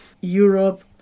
Europe